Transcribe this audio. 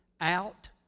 out